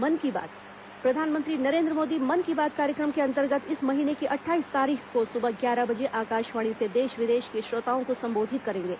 मन की बात प्रधानमंत्री नरेन्द्र मोदी मन की बात कार्यक्रम के अंतर्गत इस महीने की अट्ठाईस तारीख को सुबह ग्यारह बजे आकाशवाणी से देश विदेश के श्रोताओं को संबोधित करेंगे